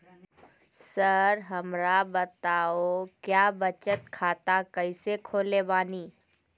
Sir हमरा बताओ क्या बचत खाता कैसे खोले बानी?